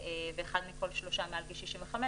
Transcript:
ואחד מכל שלושה אנשים מעל גיל 65,